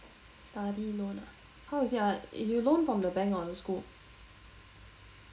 study loan ah how is it ah you loan from the bank or the school